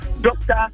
Doctor